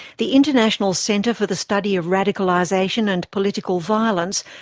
the international centre for the study of radicalisation and political violence,